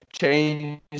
change